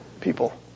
people